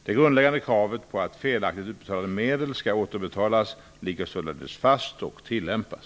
Det grundläggande kravet på att felaktigt utbetalda medel skall återbetalas ligger således fast och tillämpas.